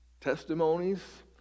testimonies